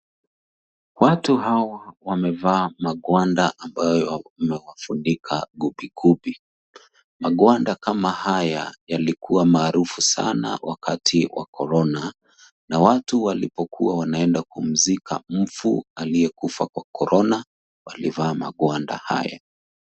Watu hawa wamevaa magwanda ambayo imewafunika gubigubi. Magwanda kama haya yalikuwa maarufu sana wakati wa corona na watu walipokuwa wanaenda kumzika mfu aliyekufa kwa corona waliovaa magwanda haya.